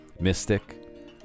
mystic